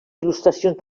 il·lustracions